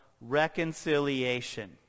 reconciliation